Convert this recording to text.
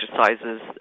exercises